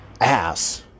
ass